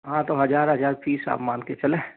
हाँ तो हज़ार हज़ार पीस आप मान के चलें